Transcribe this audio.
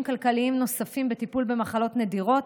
כלכליים נוספים בטיפול במחלות נדירות,